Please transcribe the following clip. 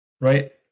right